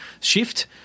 shift